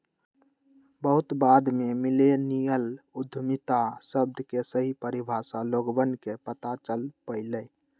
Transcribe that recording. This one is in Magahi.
बहुत बाद में मिल्लेनियल उद्यमिता शब्द के सही परिभाषा लोगवन के पता चल पईलय